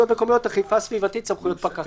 מקומיות (אכיפה סביבתית סמכויות פקחים).